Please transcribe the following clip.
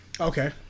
Okay